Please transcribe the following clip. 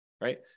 right